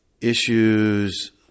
issues